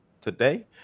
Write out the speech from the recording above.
today